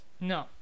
No